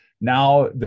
Now